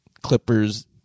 Clippers